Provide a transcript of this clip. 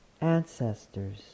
ancestors